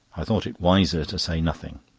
i thought it wiser to say nothing.